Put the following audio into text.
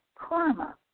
karma